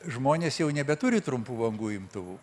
žmonės jau nebeturi trumpų bangų imtuvų